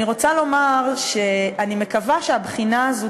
אני רוצה לומר שאני מקווה שהבחינה הזאת